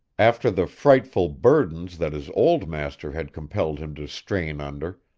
after the frightful burdens that his old master had compelled him to strain under,